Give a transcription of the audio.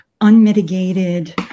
unmitigated